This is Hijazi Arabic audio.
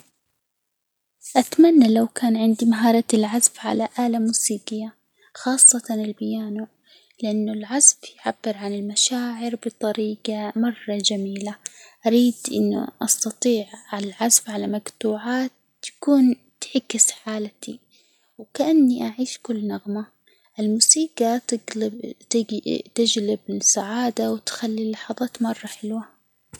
أتمنى لو كان عندي مهارة العزف على آلة موسيقية، خاصة البيانو، لأنه العزف يعبر عن المشاعر بطريجة مرة جميلة، أريد إنه أستطيع العزف على مجطوعات تكون تعكس حالتي، وكأني أعيش كل نغمة، الموسيجى تج تجلب السعادة ،وتُخلّي اللحظات مرةً حلوة.